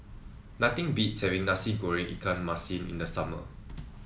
nothing beats having Nasi Goreng Ikan Masin in the summer